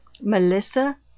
Melissa